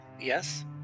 Yes